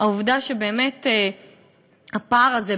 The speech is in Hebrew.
העובדה שבאמת הפער הזה,